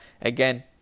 Again